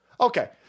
Okay